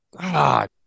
God